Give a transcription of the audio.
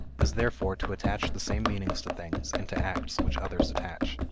is therefore to attach the same meanings to things and to acts which others attach.